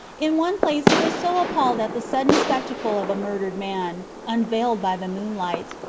in one place he was so appalled at the sudden spectacle of a murdered man, unveiled by the moonlight,